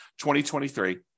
2023